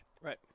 Right